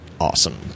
awesome